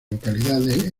localidades